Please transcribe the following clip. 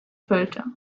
füllte